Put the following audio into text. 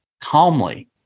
calmly